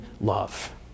love